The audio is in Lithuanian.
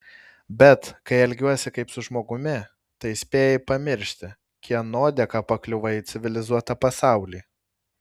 bet kai elgiuosi kaip su žmogumi tai spėjai pamiršti kieno dėka pakliuvai į civilizuotą pasaulį